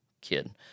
kid